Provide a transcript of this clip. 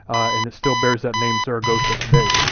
and it still bears that name, zaragoza, today.